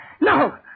no